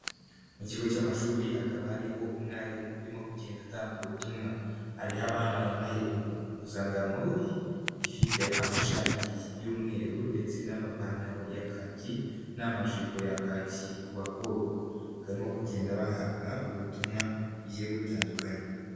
Mu kigo cy'amashuri hakaba hariho umwarimu urimo kugenda atanga ubutumwa. Hariho abana bambaye impuzangano ifite amashati y'umweru ndetse n'amapantaro ya kaki n'amajipo ya kaki ku bakobwa. Bakaba barimo kugenda bahabwa ubutumwa bugiye butandukanye.